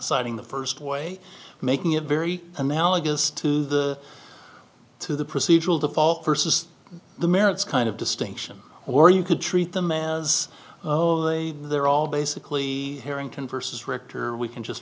citing the first way making it very analogous to the two the procedural default versus the merits kind of distinction or you could treat them as they're all basically harrington versus richter we can just